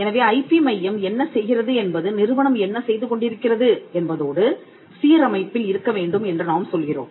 எனவே ஐபி மையம் என்ன செய்கிறது என்பது நிறுவனம் என்ன செய்து கொண்டிருக்கிறது என்பதோடு சீரமைப்பில் இருக்க வேண்டும் என்று நாம் சொல்கிறோம்